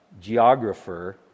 geographer